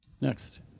Next